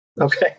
Okay